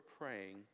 praying